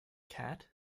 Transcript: cat